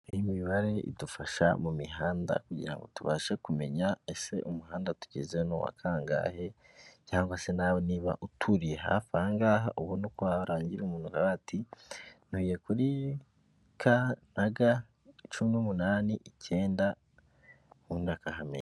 Iyi mibare idufasha mu mihanda kugira ngo tubashe kumenya ese umuhanda tugeze n'uwa kangahe cyangwa se nawe niba uturiye hafi aha ngaha ubona uko warangira umuntu uravuga ati ntuye kuri K na G cumi n'umunani icyenda, ubundi akahamenya.